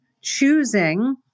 choosing